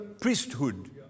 priesthood